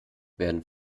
werden